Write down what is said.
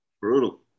Brutal